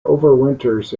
overwinters